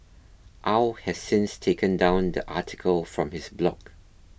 Au has since taken down the article from his blog